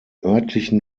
örtlichen